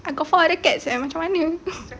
I got four other cats eh macam mana